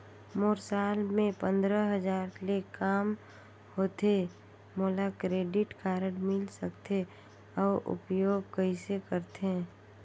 मोर साल मे पंद्रह हजार ले काम होथे मोला क्रेडिट कारड मिल सकथे? अउ उपयोग कइसे करथे?